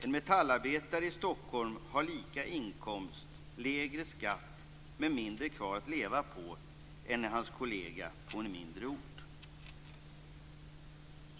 En metallarbetare i Stockholm har lika inkomst, lägre skatt men mindre kvar att leva på än sin kollega på en mindre ort.